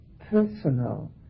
personal